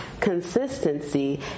Consistency